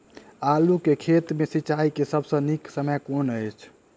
आलु केँ खेत मे सिंचाई केँ सबसँ नीक समय कुन अछि?